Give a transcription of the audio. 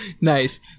Nice